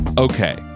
Okay